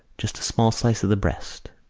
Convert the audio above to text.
just a small slice of the breast.